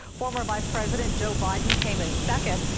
former vice president joe biden came in second.